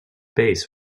base